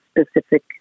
specific